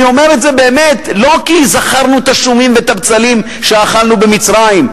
אני אומר את זה באמת לא כי זכרנו את השומים ואת הבצלים שאכלנו במצרים.